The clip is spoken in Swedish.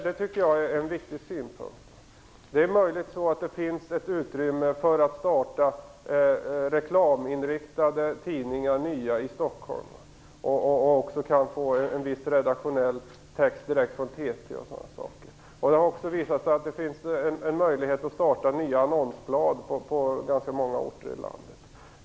Det tycker jag är en viktig synpunkt. Det är möjligt att det finns ett utrymme för att starta nya reklaminriktade tidningar i Stockholm som kan få en viss redaktionell text direkt från TT. Det har också visat sig att det finns möjligheter att starta nya annonsblad på ganska många orter i landet.